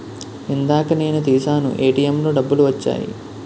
ఇందాక నేను తీశాను ఏటీఎంలో డబ్బులు వచ్చాయి